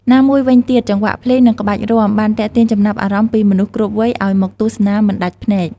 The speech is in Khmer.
ណាមួយវិញទៀតចង្វាក់ភ្លេង និងក្បាច់រាំ បានទាក់ទាញចំណាប់អារម្មណ៍ពីមនុស្សគ្រប់វ័យឲ្យមកទស្សនាមិនដាច់ភ្នែក។